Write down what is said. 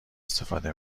استفاده